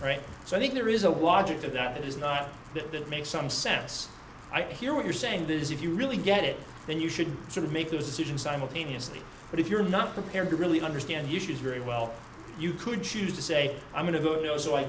right so i think there is a watching to that is not that that makes some sense i hear what you're saying that if you really get it then you should sort of make the decision simultaneously but if you're not prepared to really understand you she is very well you could choose to say i'm going to do it so i